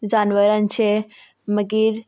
जानवरांचे मागीर